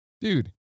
Dude